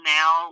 now